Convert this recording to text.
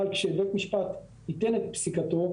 אבל שבית משפט יתן את פסיקתו,